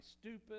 stupid